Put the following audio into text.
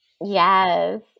Yes